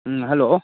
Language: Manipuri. ꯎꯝ ꯍꯜꯂꯣ